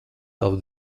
tava